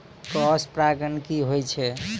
Cross परागण की होय छै?